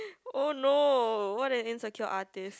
oh no what an insecure artist